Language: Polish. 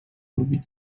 lubi